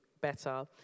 better